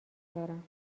دارم